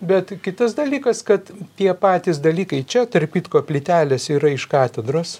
bet kitas dalykas kad tie patys dalykai čia tarp kitko plytelės yra iš katedros